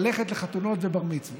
ללכת לחתונות ובר-מצוות.